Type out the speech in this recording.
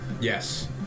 Yes